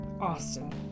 Austin